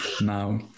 now